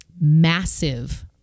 massive